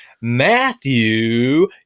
matthew